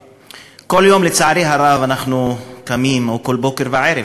כל יום, לצערי הרב, אנחנו קמים, או כל בוקר וערב,